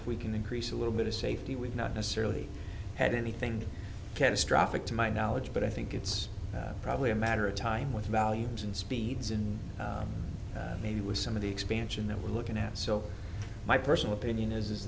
if we can increase a little bit of safety we do not necessarily had anything catastrophic to my knowledge but i think it's probably a matter of time with volumes and speeds and maybe with some of the expansion that we're looking at so my personal opinion is